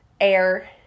air